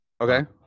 Okay